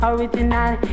Original